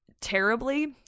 terribly